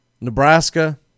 Nebraska